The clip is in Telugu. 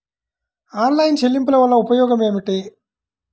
ఆన్లైన్ చెల్లింపుల వల్ల ఉపయోగమేమిటీ?